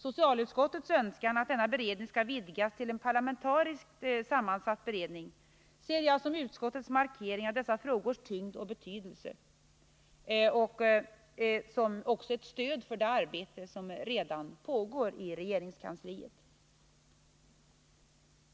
Socialutskottets önskan att denna beredning skall vidgas till en parlamentariskt sammansatt beredning ser jag som utskottets markering av dessa frågors tyngd och betydelse samt som ett stöd för det arbete som redan pågår i regeringskansliet.